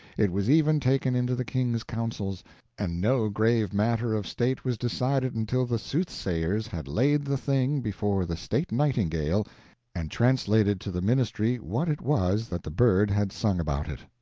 it was even taken into the king's councils and no grave matter of state was decided until the soothsayers had laid the thing before the state nightingale and translated to the ministry what it was that the bird had sung about it.